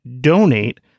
donate